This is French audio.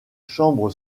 chambre